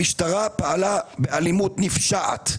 המשטרה פעלה באלימות נפשעת,